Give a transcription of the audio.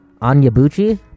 Anyabuchi